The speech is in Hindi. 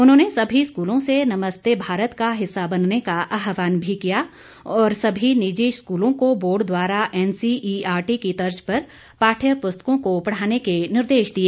उन्होंने सभी स्कूलों से नमस्ते भारत का हिस्सा बनने का आह्वान भी किया और सभी निजी स्कूलों को बोर्ड द्वारा एनसीईआरटी की तर्ज पर पाठ्य पुस्तकों को पढाने के निर्देश दिए